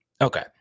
Okay